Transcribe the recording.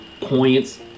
points